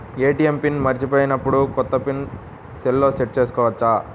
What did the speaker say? ATM pin మరచిపోయినప్పుడు, కొత్త pin సెల్లో సెట్ చేసుకోవచ్చా?